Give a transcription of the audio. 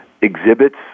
exhibits